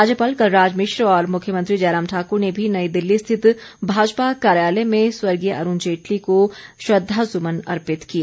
राज्यपाल कलराज मिश्र और मुख्यमंत्री जयराम ठाकुर ने भी नई दिल्ली स्थित भाजपा कार्यालय में स्वर्गीय अरूण जेटली को श्रद्वासुमन अर्पित किए